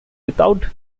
without